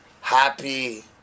happy